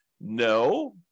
No